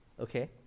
Okay